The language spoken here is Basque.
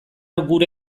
gure